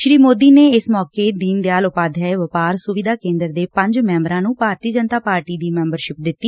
ਸ੍ਰੀ ਮੋਦੀ ਨੇ ਇਸ ਮੌਕੇ ਦੀਨ ਦਿਆਲ ਉਪਾਧਿਆ ਵਪਾਰ ਸੁਵਿਧਾ ਕੇਂਦਰ ਦੇ ਪੰਜ ਮੈਂਬਰਾਂ ਨੂੰ ਭਾਰਤੀ ਜਨਤਾ ਪਾਰਟੀ ਦੀ ਮੈਬਰਸ਼ਿਪ ਦਿੱਤੀ